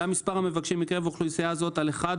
עלה מספר המבקשים מקרב אוכלוסייה זו על אחד,